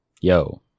Yo